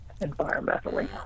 environmentally